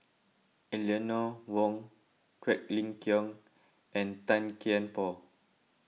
Eleanor Wong Quek Ling Kiong and Tan Kian Por